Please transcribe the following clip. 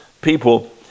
people